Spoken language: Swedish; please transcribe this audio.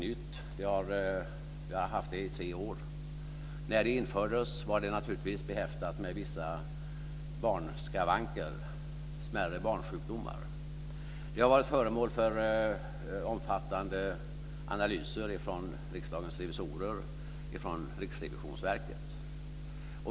Vi har haft det under tre år. När det infördes var det naturligtvis behäftat med vissa barnsjukdomar. Det har varit föremål för omfattande analyser från Riksdagens revisorer och från Riksrevisionsverket.